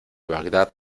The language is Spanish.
bagdad